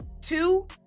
two